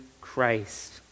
Christ